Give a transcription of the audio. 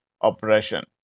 oppression